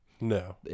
No